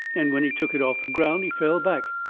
and when he took it off the ground he fell back.